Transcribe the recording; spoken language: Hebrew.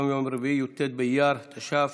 היום יום רביעי, י"ט באייר התש"ף,